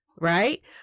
right